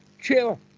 chill